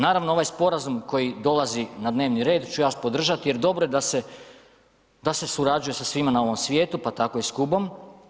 Naravno, ovaj sporazum koji dolazi na dnevni red ću ja podržati jer dobro je da se surađuje sa svima na ovom svijetu, pa tako i s Kubom.